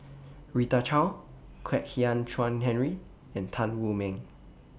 Rita Chao Kwek Hian Chuan Henry and Tan Wu Meng